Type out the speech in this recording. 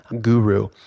guru